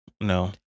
no